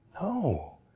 No